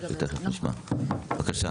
בבקשה.